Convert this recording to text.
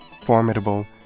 Formidable